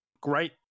great